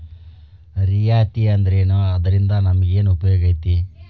ರಿಯಾಯಿತಿ ಅಂದ್ರೇನು ಅದ್ರಿಂದಾ ನಮಗೆನ್ ಉಪಯೊಗೈತಿ?